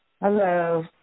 Hello